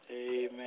Amen